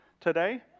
today